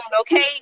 Okay